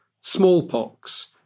smallpox